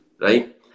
right